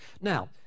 Now